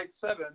seven